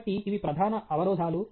కాబట్టి ఇవి ప్రధాన అవరోధాలు